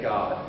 God